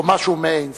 או משהו מעין זה.